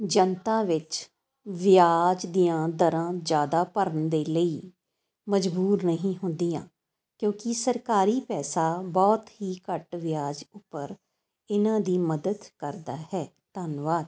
ਜਨਤਾ ਵਿੱਚ ਵਿਆਜ ਦੀਆਂ ਦਰਾਂ ਜ਼ਿਆਦਾ ਭਰਨ ਦੇ ਲਈ ਮਜਬੂਰ ਨਹੀਂ ਹੁੰਦੀਆਂ ਕਿਉਂਕਿ ਸਰਕਾਰੀ ਪੈਸਾ ਬਹੁਤ ਹੀ ਘੱਟ ਵਿਆਜ ਉੱਪਰ ਇਹਨਾਂ ਦੀ ਮਦਦ ਕਰਦਾ ਹੈ ਧੰਨਵਾਦ